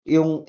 Yung